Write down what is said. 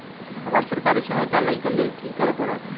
हमरा सरकारी सहायता लई केँ लेल की करऽ पड़त?